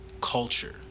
culture